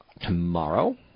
tomorrow